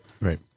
Right